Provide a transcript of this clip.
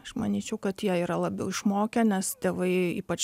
aš manyčiau kad jie yra labiau išmokę nes tėvai ypač